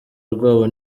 rwabo